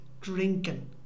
drinking